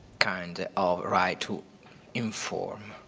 kind of right to inform.